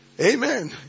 Amen